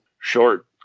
short